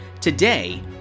Today